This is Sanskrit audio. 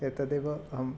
एतदेव अहम्